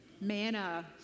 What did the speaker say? Manna